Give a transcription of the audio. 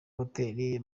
hoteli